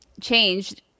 changed